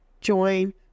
join